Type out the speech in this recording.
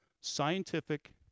Scientific